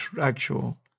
actual